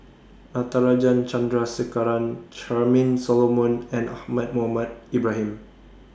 Natarajan Chandrasekaran Charmaine Solomon and Ahmad Mohamed Ibrahim